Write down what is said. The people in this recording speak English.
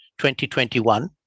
2021